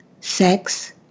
sex